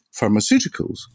pharmaceuticals